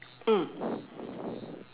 mm